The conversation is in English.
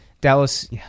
Dallas